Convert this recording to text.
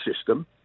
system